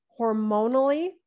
hormonally